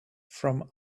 from